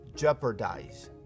jeopardize